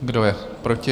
Kdo je proti?